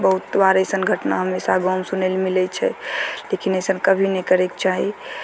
बहुत बार अइसन घटना हमेशा गाँवमे सुनय लए मिलय छै लेकिन अइसन कभी नहि करयके चाही